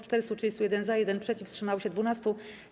431 - za, 1 - przeciw, wstrzymało się 12.